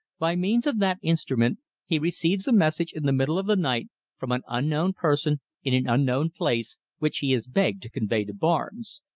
by means of that instrument he receives a message in the middle of the night from an unknown person in an unknown place, which he is begged to convey to barnes.